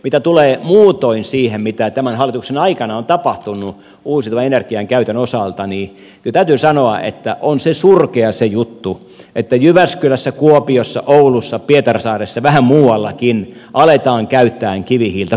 mitä tulee muutoin siihen mitä tämän hallituksen aikana on tapahtunut uusiutuvan energian käytön osalta niin kyllä täytyy sanoa että on se surkea juttu että jyväskylässä kuopiossa oulussa pietarsaaressa ja vähän muuallakin aletaan käyttää kivihiiltä